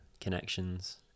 connections